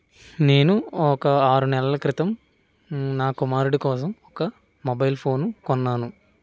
నేను ఒక ఆరు నెలల క్రితం నా కుమారుడు కోసం ఒక మొబైల్ ఫోను కొన్నాను